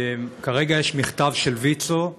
כרגע יש מכתב של ויצו,